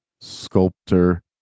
Sculptor